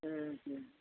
ம் ம்